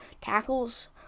tackles